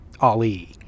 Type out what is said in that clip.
Ali